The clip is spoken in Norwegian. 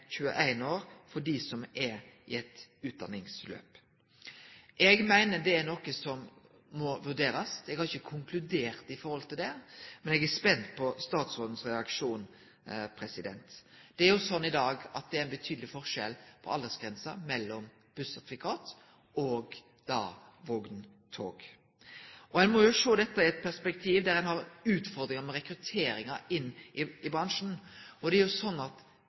år for dei som er i eit utdanningsløp. Eg meiner dette er noko som må vurderast. Eg har ikkje konkludert i forhold til det, men eg er spent på statsråden sin reaksjon. I dag er det betydeleg forskjell på aldersgrensa for å ta bussertifikat og for å ta vogntogsertifikat. Ein må sjå dette i det perspektivet at ein har utfordringar med rekrutteringa inn i bransjen. Veldig mange i denne aldersgruppa, mellom 18 og 21 år, tek eit val. Derfor er det sånn at